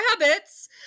rabbits